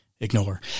Ignore